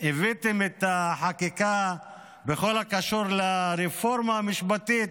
כשהבאתם את החקיקה בכל הקשור לרפורמה המשפטית,